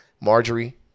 Marjorie